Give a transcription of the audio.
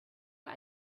got